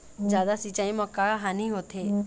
जादा सिचाई म का हानी होथे?